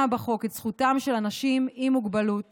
בחוק את זכותם של אנשים עם מוגבלות